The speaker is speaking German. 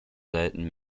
selten